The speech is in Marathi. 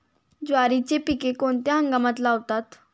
ज्वारीचे पीक कोणत्या हंगामात लावतात?